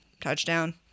Touchdown